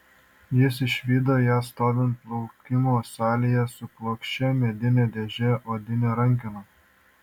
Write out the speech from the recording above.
jis išvydo ją stovint laukimo salėje su plokščia medine dėže odine rankena